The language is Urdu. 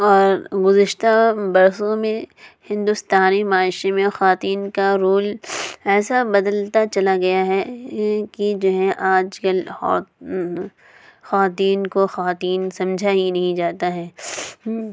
اور گزشتہ برسوں میں ہندوستانی معاشرہ میں خواتین کا رول ایسا بدلتا چلا گیا ہے کہ جو ہے آج کل خواتین کو خواتین سمجھا ہی نہیں جاتا ہے